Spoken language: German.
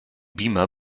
beamer